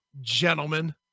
Gentlemen